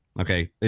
okay